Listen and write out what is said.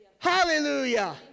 Hallelujah